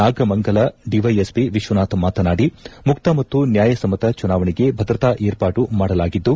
Nagamangala DYSP Vishwanath ಮಾತನಾಡಿ ಮುಕ್ತ ಮತ್ತು ನ್ಯಾಯಸಮ್ಮತ ಚುನಾವಣೆಗೆ ಭದ್ರತಾ ವಿರ್ಷಾಡು ಮಾಡಲಾಗಿದ್ದು